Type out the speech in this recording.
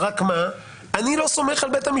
אני אומר שאם אני יודע את עמדתה.